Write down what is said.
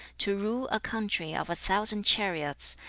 to rule a country of a thousand chariots,